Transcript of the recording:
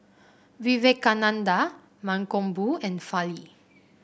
Vivekananda Mankombu and Fali